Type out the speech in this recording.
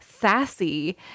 sassy